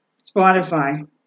Spotify